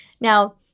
Now